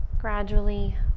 gradually